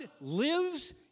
lives